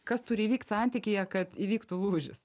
kas turi įvykt santykyje kad įvyktų lūžis